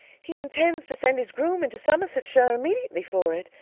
he intends to send his groom into somersetshire immediately for it,